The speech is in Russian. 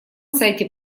сайте